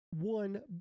one